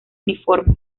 uniforme